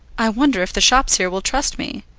i wonder if the shops here will trust me.